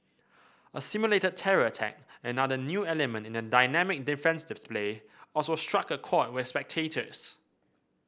a simulated terror attack another new element in the dynamic defence display also struck a chord with spectators